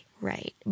right